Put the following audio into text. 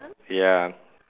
ya